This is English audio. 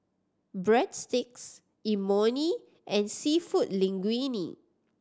Breadsticks Imoni and Seafood Linguine